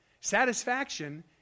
Satisfaction